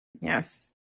Yes